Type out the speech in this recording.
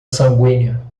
sanguínea